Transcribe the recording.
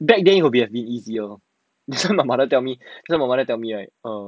back then you will be have been easier this one my mother tell me you know my mother tell me right um